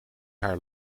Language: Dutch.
haar